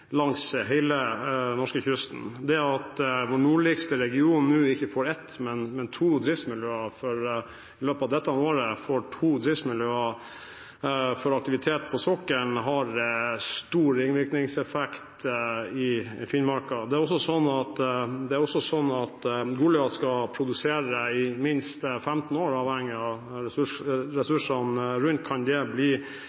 langs hele norskekysten. Det at vår nordligste region i løpet av dette året ikke får ett, men to driftsmiljøer for aktivitet på sokkelen, har stor ringvirkningseffekt i Finnmark. Goliat skal produsere i minst 15 år. Avhengig av ressursene rundt kan det bli enda lenger. Hvor lønnsom utbyggingen blir, avgjøres også av den framtidige oljeprisutviklingen. Staten har ikke noe økonomisk engasjement i Goliat, siden SDØE ikke er representert i feltet. Når det